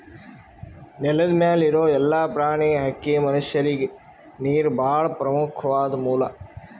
ನೆಲದ್ ಮ್ಯಾಲ್ ಇರೋ ಎಲ್ಲಾ ಪ್ರಾಣಿ, ಹಕ್ಕಿ, ಮನಷ್ಯರಿಗ್ ನೀರ್ ಭಾಳ್ ಪ್ರಮುಖ್ವಾದ್ ಮೂಲ